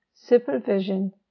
supervision